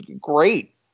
great